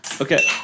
Okay